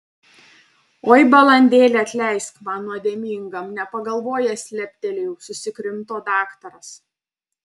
oi balandėli atleisk man nuodėmingam nepagalvojęs leptelėjau susikrimto daktaras